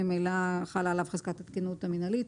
ממילא חלה עליו חזקת התקינות המינהלית